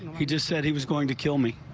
he just said he was going to kill me.